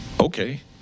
okay